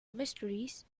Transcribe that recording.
mysteries